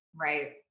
right